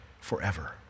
forever